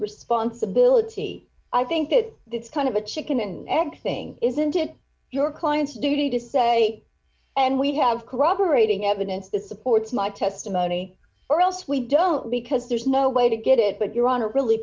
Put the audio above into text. responsibility i think that it's kind of a chicken and egg thing isn't it your client's duty to say and we have corroborating evidence that supports my testimony or else we don't because there's no way to get it but your honor really